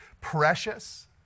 precious